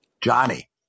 Johnny